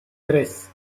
tres